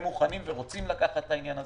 והם מוכנים ורוצים לקחת את העניין הזה.